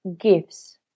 gifts